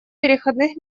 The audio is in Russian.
переходных